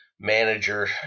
manager